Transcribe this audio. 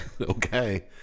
Okay